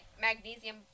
magnesium